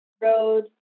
road